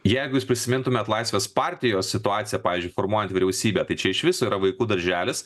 jeigu jūs prisimintumėt laisvės partijos situaciją pavyzdžiui formuojant vyriausybę tai čia išvis yra vaikų darželis